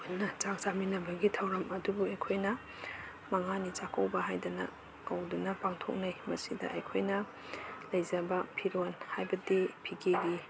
ꯄꯨꯟꯅ ꯆꯥꯛ ꯆꯥꯃꯤꯟꯅꯕꯒꯤ ꯊꯧꯔꯝ ꯑꯗꯨꯕꯨ ꯑꯩꯈꯣꯏꯅ ꯃꯉꯥꯅꯤ ꯆꯥꯛꯀꯧꯕ ꯍꯥꯏꯗꯅ ꯀꯧꯗꯨꯅ ꯄꯥꯡꯊꯣꯛꯅꯩ ꯃꯁꯤꯗ ꯑꯩꯈꯣꯏꯅ ꯂꯩꯖꯕ ꯐꯤꯔꯣꯟ ꯍꯥꯏꯕꯗꯤ ꯐꯤꯒꯦꯒꯤ